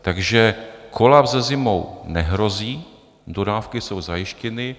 Takže kolaps se zimou nehrozí, dodávky jsou zajištěny.